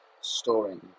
storing